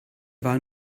war